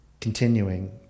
Continuing